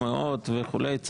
מי בעד, מי נגד, מי נמנע?